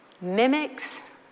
mimics